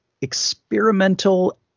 experimental